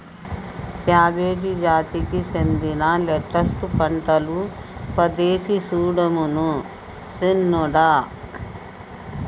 cabbage జాతికి సెందిన lettuce పంటలు పదేసి సుడమను సిన్నోడా